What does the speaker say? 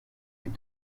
les